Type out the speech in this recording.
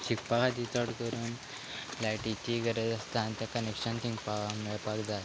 शिंपपा खातीर चड करून लायटीची गरज आसता आनी तें कनॅक्शन थिंग पा मेळपाक जाय